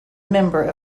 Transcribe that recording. member